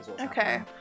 Okay